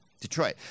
Detroit